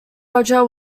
roger